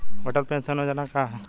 Atal pension Yojana का ह?